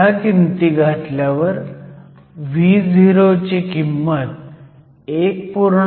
ह्या किमती घातल्यावर Vo ची किंमत 1